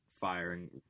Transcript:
firing